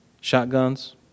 Shotguns